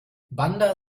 bandar